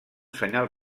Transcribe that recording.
senyal